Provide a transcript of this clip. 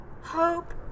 hope